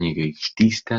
kunigaikštystės